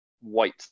white